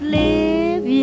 live